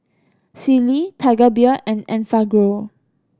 Sealy Tiger Beer and Enfagrow